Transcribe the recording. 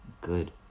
good